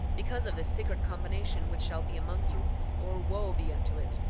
because of this secret combination which shall be among you or wo be unto it,